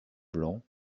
blanc